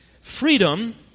Freedom